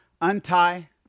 untie